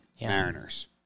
Mariners